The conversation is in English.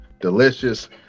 delicious